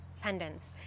pendants